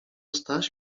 staś